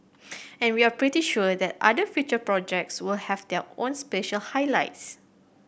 and we are pretty sure that other future projects will have their own special highlights